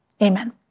amen